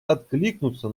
откликнуться